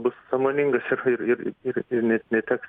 bus sąmoningas ir ir ir ir net neteks